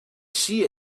see